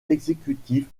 exécutif